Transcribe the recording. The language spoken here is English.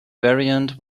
variant